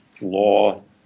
law